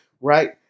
right